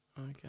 Okay